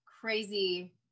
crazy